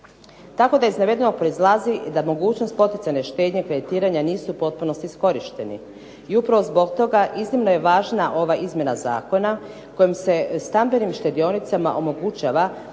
Tako da iz navedenog proizlazi da mogućnost poticajne štednje kreditiranja nisu u potpunosti iskorišteni i upravo zbog toga iznimno je važna ova izmjena zakona kojim se stambenim štedionicama omogućava odobravanje